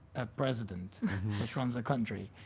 a president which runs the country.